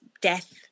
death